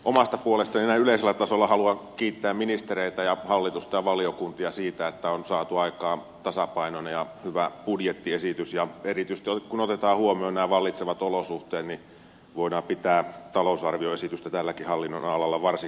omasta puolestani näin yleisellä tasolla haluan kiittää ministereitä ja hallitusta ja valiokuntia siitä että on saatu aikaan tasapainoinen ja hyvä budjettiesitys ja erityisesti kun otetaan huomioon nämä vallitsevat olosuhteet voidaan pitää talousarvioesitystä tälläkin hallinnonalalla varsin kohtuullisena